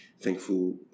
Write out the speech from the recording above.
Thankful